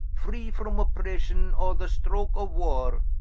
free from oppression, or the stroke of warre,